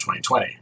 2020